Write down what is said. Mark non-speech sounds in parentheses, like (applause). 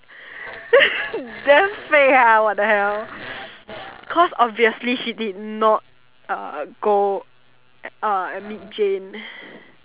(laughs) damn fake ah what the hell cause obviously she did not uh go uh and meet Jane